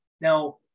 Now